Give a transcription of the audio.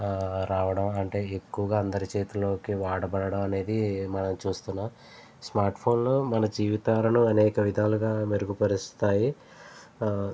రావడం అంటే ఎక్కువగా అందరి చేతుల్లోకి వాడబడటం అనేది మనం చూస్తున్నాం స్మార్ట్ ఫోన్లు మన జీవితాలను అనేక విధాలుగా మెరుగుపరుస్తాయి